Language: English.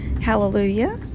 hallelujah